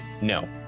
No